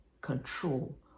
control